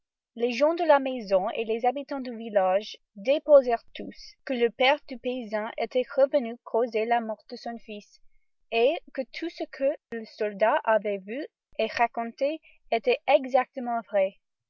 les gens de la maison et les habitans du village déposèrent tous que le père du paysan était revenu causer la mort de son fils et que tout ce que le soldat avait vu et raconté était exactement vrai